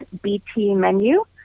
btmenu